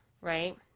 right